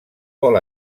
vol